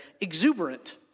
exuberant